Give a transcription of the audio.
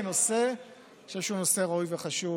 כנושא אני חושב שהוא נושא ראוי וחשוב,